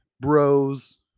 Bros